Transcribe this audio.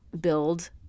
build